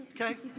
Okay